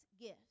gifts